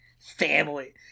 family